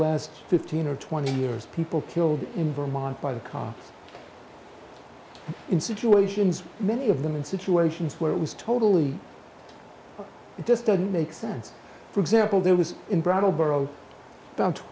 last fifteen or twenty years people killed in vermont by the cops in situations many of them in situations where it was totally it just doesn't make sense for example there was